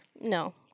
No